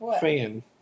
fan